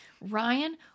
Ryan